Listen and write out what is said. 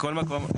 מכל מקום,